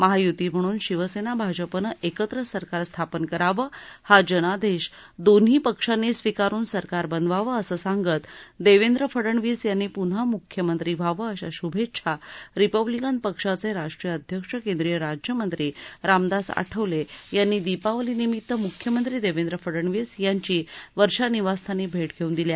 महायुती म्हणून शिवसेना भाजपनं एकत्र सरकार स्थापन करावे हा जनादेश दोन्ही पक्षांनी स्वीकारुन सरकार बनवावं असं सांगत देवेंद्र फडणवीस यांनी पन्हा मख्यमंत्री व्हावे अश्या शुभेच्छा रिपब्लिकन पक्षाचे राष्ट्रीय अध्यक्ष केंद्रिय राज्यमंत्री रामदास आठवले यांनी दीपावली निमित्त मुख्यमंत्री देवेंद्र फडणवीस यांची वर्षा निवसस्थानी भेट घेऊन दिल्या